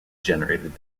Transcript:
generated